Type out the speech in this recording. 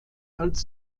als